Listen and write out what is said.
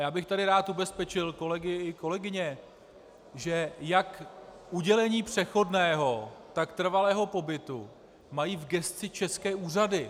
A já bych tady rád ubezpečil kolegy i kolegyně, že jak udělení přechodného, tak trvalého pobytu mají v gesci české úřady.